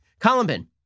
Columbin